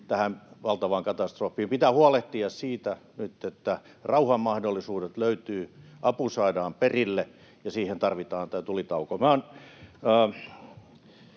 tähän valtavaan katastrofiin. Pitää huolehtia siitä nyt, että rauhan mahdollisuudet löytyvät, apu saadaan perille, ja siihen tarvitaan tämä tulitauko.